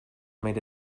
made